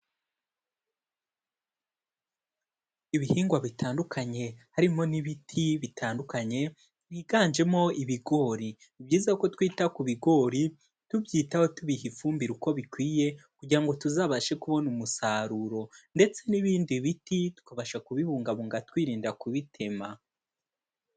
Ibihingwa bitandukanye harimo n'ibiti bitandukanye, higanjemo ibigori. Ni byiza ko twita ku bigori, tubyitaho tubiha ifumbire uko bikwiye, kugira ngo tuzabashe kubona umusaruro, ndetse n'ibindi biti tukabasha kubibungabunga twirinda kubitema.